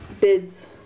bids